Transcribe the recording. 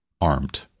armed